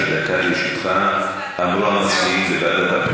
לוועדת הפנים.